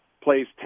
plays